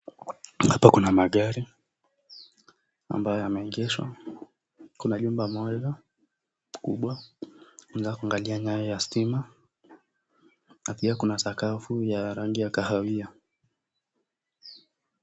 Hapa kuna magari ambayo yameegeshwa ,kuna nyumba moja kubwa ,wanza kwangalia nyayo ya stima, na pia kuna sakafu ya rangi ya kahawia.